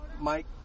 Mike